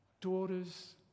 daughters